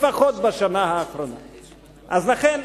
לכן,